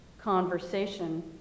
conversation